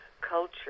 culture